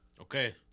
Okay